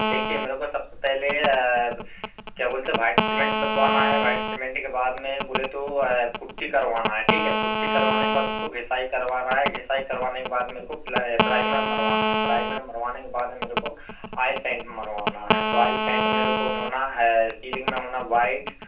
देखिए मेरे को सबसे पहले क्या बोलते हैं व्हाइट सीमेन्ट पुतवाना है व्हाइट सीमेन्ट के बाद में बोले तो पुट्टी करवानी है ठीक है पुट्टी करवाने के बाद उसको घिसाई करवानी है घिसाई करवाने के बाद मेरे को प्लाइ प्राइमर मरवाना है प्राइमर मरवाने के बाद मेरे को ऑयल पेन्ट मरवाना है तो ऑयल पेन्ट मेरे को होना है सीलिन्ग में होना है व्हाइट